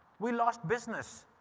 we lost business,